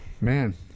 Man